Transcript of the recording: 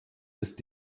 ist